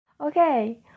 okay